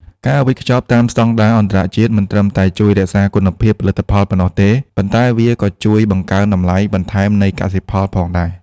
ការវេចខ្ចប់តាមស្ដង់ដារអន្តរជាតិ មិនត្រឹមតែជួយរក្សាគុណភាពផលិតផលប៉ុណ្ណោះទេ ប៉ុន្តែវាក៏ជួយបង្កើនតម្លៃបន្ថែមនៃកសិផលផងដែរ។